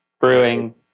Brewing